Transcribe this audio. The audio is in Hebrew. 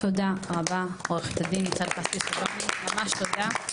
תודה רבה עוה"ד ניצן כספי שילוני, ממש תודה.